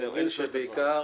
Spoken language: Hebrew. אני מבין שהנושא העיקרי